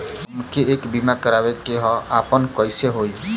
हमके एक बीमा करावे के ह आपन कईसे होई?